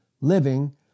living